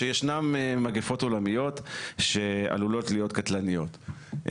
שישנן מגפות עולמיות שעלולות להיות קטלניות.